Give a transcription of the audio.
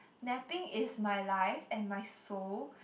napping is my life and my soul